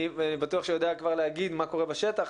בטוח שהוא יודע כבר להגיד מה קורה בשטח,